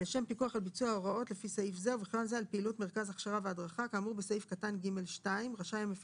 הפיקוח על כלבים, סימון